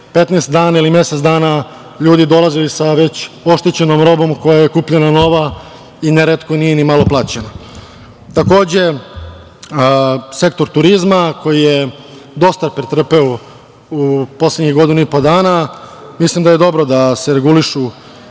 15 ili mesec dana ljudi dolazili sa već oštećenom robom koja je kupljena nova i neretko nije ni malo plaćena. Takođe, sektor turizma, koji je dosta pretrpeo u poslednjih godinu i po dana. Mislim da je dobro da se regulišu